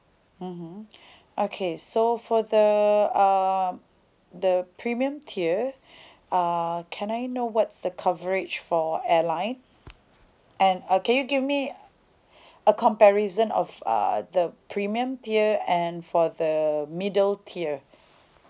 mmhmm okay so for the um the premium tier uh can I know what's the coverage for airline and uh can you give me a comparison of uh the premium tier and for the the middle tier